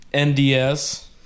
NDS